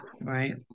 Right